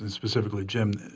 and specifically jim,